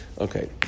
Okay